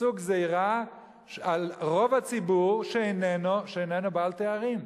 עשו גזירה על רוב הציבור שאיננו בעל תארים.